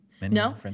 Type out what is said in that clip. no